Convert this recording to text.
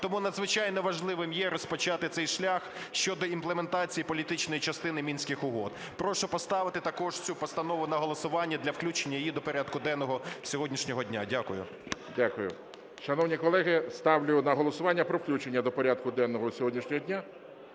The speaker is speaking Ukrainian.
Тому надзвичайно важливим є розпочати цей шлях щодо імплементації політичної частини Мінських угод. Прошу поставити також цю постанову на голосування для включення її до порядку денного сьогоднішнього дня. Дякую. ГОЛОВУЮЧИЙ. Дякую. Шановні колеги, ставлю на голосування про включення до порядку денного сьогоднішнього дня…